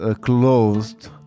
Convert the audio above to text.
closed